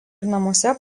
namuose